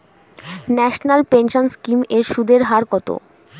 National pension scheme এর সুদের হার কত?